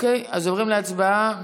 אוקיי, אז עוברים להצבעה.